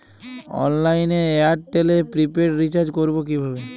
অনলাইনে এয়ারটেলে prepaid recharge করবো কিভাবে?